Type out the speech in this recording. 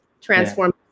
transform